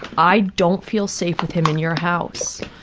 i don't feel safe with him in your house.